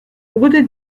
wurde